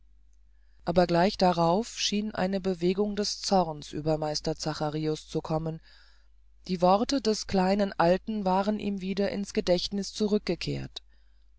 aber gleich darauf schien eine bewegung des zorns über meister zacharius zu kommen die worte des kleinen alten waren ihm wieder in's gedächtniß zurückgekehrt